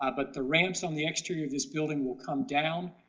ah but the ramps on the exterior of this building will come down.